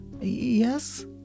Yes